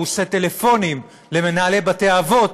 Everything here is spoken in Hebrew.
הוא עושה טלפונים למנהלי בתי-האבות